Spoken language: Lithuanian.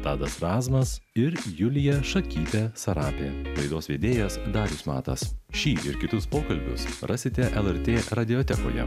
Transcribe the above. tadas razmas ir julija šakytė sarapė laidos vedėjas darius matas šį ir kitus pokalbius rasite lrt radiotekoje